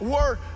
Word